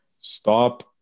Stop